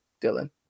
Dylan